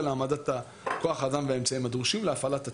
להעמדת כוח האדם והאמצעים הדרושים להפעלת התוכנית.